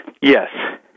Yes